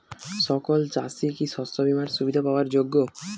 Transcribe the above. সকল চাষি কি শস্য বিমার সুবিধা পাওয়ার যোগ্য?